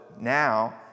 now